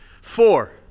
Four